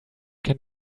can